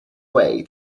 way